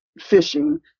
fishing